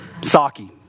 Saki